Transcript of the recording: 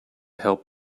help